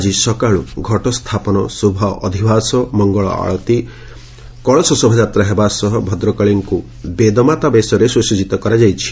ଆଜି ସକାଳୁ ଘଟ ସ୍ଥାପନ ଶୁଭାଧିବାସ ମଙ୍ଗଳଆଳତୀ କଳସ ଶୋଭାଯାତ୍ରା ହେବା ସହ ଭଦ୍ରକାଳୀଙ୍କୁ ବେଦମାତା ବେଶରେ ସୁସଜିତ କରାଯାଇଛି